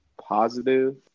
positive